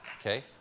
Okay